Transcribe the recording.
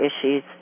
issues